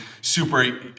super